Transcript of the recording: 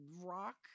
rock